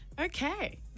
okay